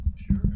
Sure